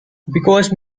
because